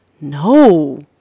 no